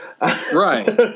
Right